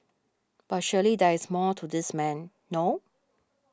but surely there is more to this man no